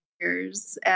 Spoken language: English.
years